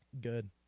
Good